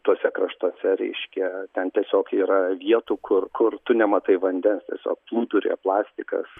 tuose kraštuose reiškia ten tiesiog yra vietų kur kur tu nematai vandens tiesiog plūduriuoja plastikas